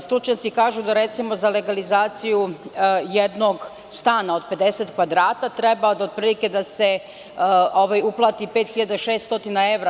Stručnjaci kažu da, recimo, za legalizaciju jednog stana od 50 kvadrata treba otprilike da se uplati 5.600 evra.